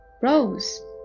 Rose